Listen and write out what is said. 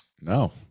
No